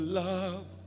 love